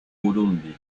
burundi